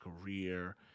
career